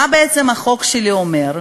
מה בעצם החוק שלי אומר?